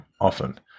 often